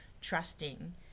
trusting